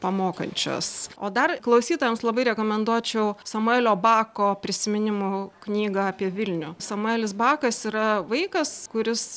pamokančios o dar klausytojams labai rekomenduočiau samuelio bako prisiminimų knygą apie vilnių samuelis bakas yra vaikas kuris